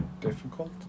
difficult